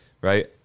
right